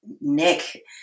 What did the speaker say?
Nick